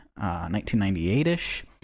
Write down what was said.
1998-ish